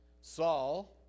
Saul